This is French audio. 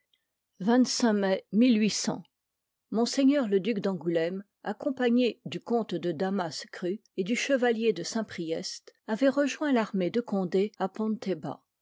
berrj ms le duc d'angoulême accompagné du comte de damas crux et du chevalier de saint priest i avoit rejoint l'armée de condé à ponteba